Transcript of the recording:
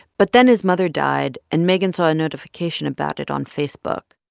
but then his mother died, and megan saw a notification about it on facebook.